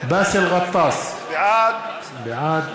באסל גטאס, בעד